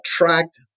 attract